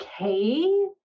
okay